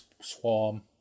Swarm